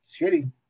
shitty